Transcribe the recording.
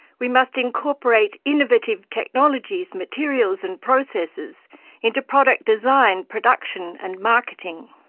we must incorporate innovative technologies, materials and processes into product design, production and marketing.